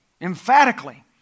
Emphatically